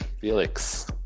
Felix